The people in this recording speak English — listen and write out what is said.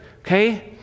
okay